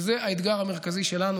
וזה האתגר המרכזי שלנו.